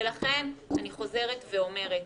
ולכן אני חוזרת ואומרת,